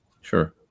Sure